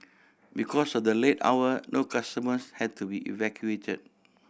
because of the late hour no customers had to be evacuated